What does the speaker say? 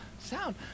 Sound